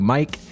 Mike